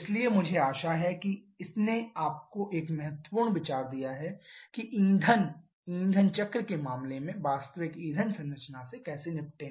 इसलिए मुझे आशा है कि इसने आपको एक महत्वपूर्ण विचार दिया है कि ईंधन ईंधन चक्र के मामले में वास्तविक ईंधन संरचना से कैसे निपटें